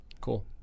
Cool